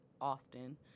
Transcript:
often